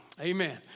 Amen